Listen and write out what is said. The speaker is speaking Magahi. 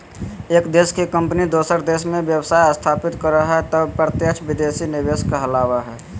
एक देश के कम्पनी दोसर देश मे व्यवसाय स्थापित करो हय तौ प्रत्यक्ष विदेशी निवेश कहलावय हय